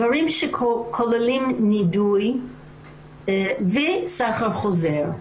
דברים שכוללים נידוי וסחר חוזר.